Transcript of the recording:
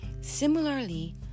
similarly